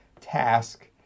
task